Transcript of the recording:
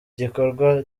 gikorwa